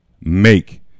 make